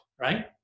right